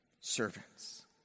servants